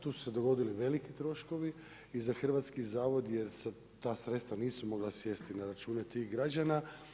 Tu su se dogodili veliki troškovi i za Hrvatski zavod jer se ta sredstva nisu mogla sjesti na račune tih građana.